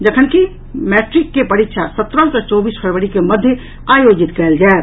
जखनकि मैट्रिक कॅ परीक्षा सत्रह सँ चौबीस फरवरी के मध्य आयोजित कयल जायत